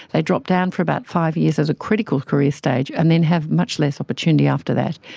they drop down for about five years as a critical career stage and then have much less opportunity after that.